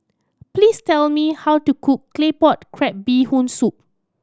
please tell me how to cook Claypot Crab Bee Hoon Soup